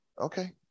okay